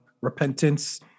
repentance